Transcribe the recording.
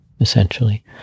essentially